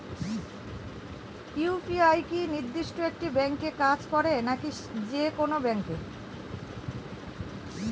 UPI কি নির্দিষ্ট একটি ব্যাংকে কাজ করে নাকি যে কোনো ব্যাংকে?